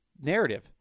narrative